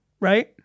right